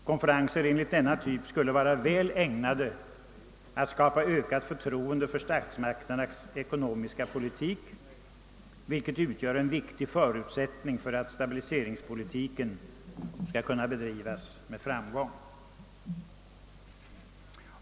Konferenser enligt denna typ skulle vara väl ägnade att skapa ökat förtroende för statsmakternas ekonomiska politik, vilket utgör en viktig förutsättning för att stabiliseringspolitiken skall kunna bedrivas med framgång.